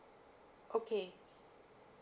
okay